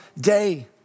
day